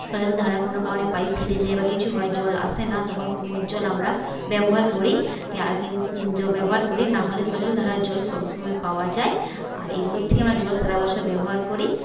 সজলধারার কোনো কারণে পাইপ ফেটে যায় বা কিছু হয় জল আসে না তখন কুয়োর জল আমরা ব্যবহার করি আর ব্যবহার করি না হলে সজলধারার জল সব সময় পাওয়া যায় আর এগুলোর থেকে জল আমরা সারাবছর ব্যবহার করি